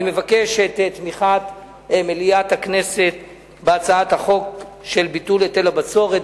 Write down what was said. אני מבקש את תמיכת מליאת הכנסת בהצעת חוק לביטול היטל הבצורת,